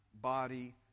body